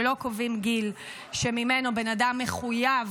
לא קובעים גיל שממנו בן אדם מחויב